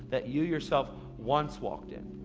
that you yourself once walked in.